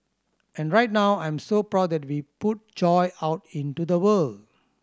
and right now I'm so proud that we put joy out into the world